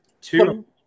Two